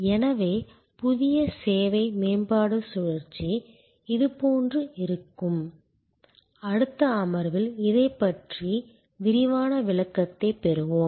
எனவே புதிய சேவை மேம்பாடு சுழற்சி இது போன்றே இருக்கும் அடுத்த அமர்வில் இதைப் பற்றிய விரிவான விளக்கத்தைப் பெறுவோம்